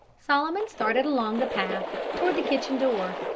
solomon started along the path toward the kitchen door.